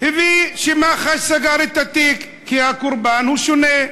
הביא לכך שמח"ש סגר את התיק, כי הקורבן הוא שונה.